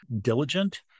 diligent